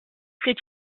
c’est